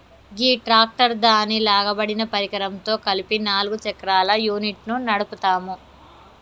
గీ tractor దాని లాగబడిన పరికరంతో కలిపి నాలుగు చక్రాల యూనిట్ను నడుపుతాము